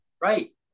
right